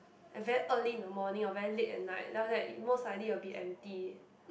and very early in the morning or very late at night then after that most likely it'll be empty